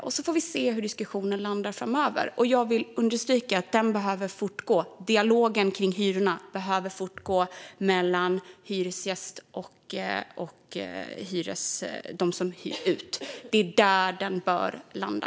Vi får se hur diskussionen landar framöver, och jag vill understryka att dialogen kring hyrorna behöver fortgå mellan hyresgäst och dem som hyr ut. Det är där den bör landa.